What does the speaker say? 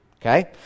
okay